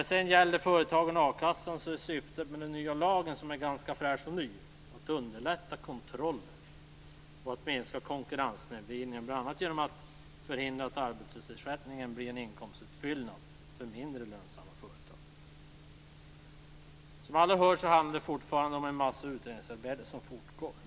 När det gäller företagen och a-kassan är syftet med nya lagen, den är ju ganska fräsch och ny, att underlätta kontrollen och minska konkurrenssnedvridningen, bl.a. genom att förhindra att arbetslöshetsersättningen blir en inkomstutfyllnad för mindre lönsamma företag. Som alla hör handlar det om en massa utredningsarbete som fortfarande pågår.